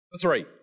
Three